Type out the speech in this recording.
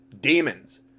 demons